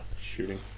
shooting